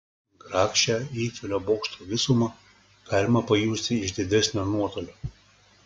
grakščią eifelio bokšto visumą galima pajusti iš didesnio nuotolio